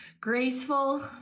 Graceful